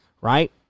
Right